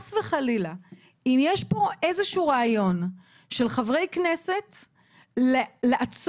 אם יש פה איזשהו רעיון של חברי כנסת לעצור,